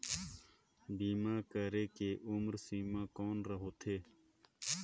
बीमा करे के उम्र सीमा कौन होथे?